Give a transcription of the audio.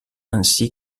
ainsi